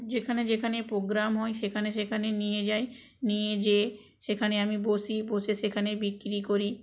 যেখানে যেখানে প্রোগ্রাম হয় সেখানে সেখানে নিয়ে যাই নিয়ে যেয়ে সেখানে আমি বসি বসে সেখানে বিক্রি করি